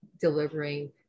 delivering